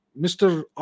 Mr